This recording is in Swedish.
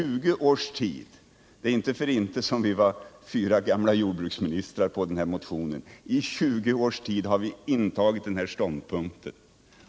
Det är ju inte heller en tillfällighet att vi var fyra tidigare jordbruksministrar som skrev under denna motion. Vi har i 20 års tid intagit denna ståndpunkt.